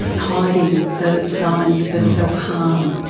hiding the signs of self-harm.